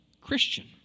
Christian